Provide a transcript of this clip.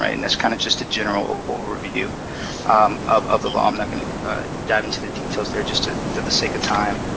ah and that's kind of just a general overview um of of the law. i'm not going to dive into the details there, just for the the sake of time.